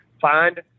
find